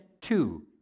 two